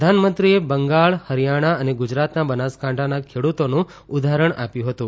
પ્રધાનમંત્રીએ બંગાળ હરિયાણા તથા ગુજરાતના બનાસકાંઠાના ખેડૂતોનું ઉદાહરણ આપ્યું હતું